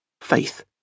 faith